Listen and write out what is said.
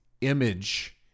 image